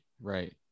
right